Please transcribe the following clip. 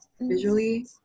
visually